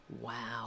Wow